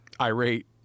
Irate